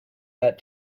that